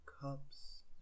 cups